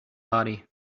body